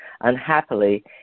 unhappily